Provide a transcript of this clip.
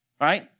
right